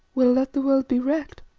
well, let the world be wrecked.